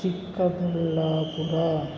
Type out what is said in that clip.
Chikkaballapur